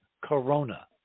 Corona